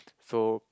so